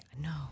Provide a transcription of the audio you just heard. No